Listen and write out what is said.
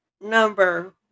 number